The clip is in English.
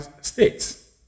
states